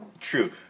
True